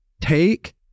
Take